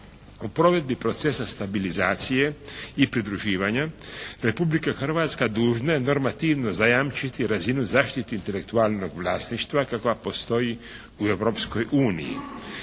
U provedbi procesa stabilizacije i pridruživanja Republika Hrvatska dužna je normativno zajamčiti razinu zaštite intelektualnog vlasništva kakva postoji u